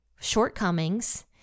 shortcomings